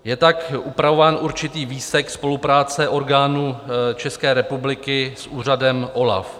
Je tak upravován určitý výsek spolupráce orgánů České republiky s úřadem OLAF.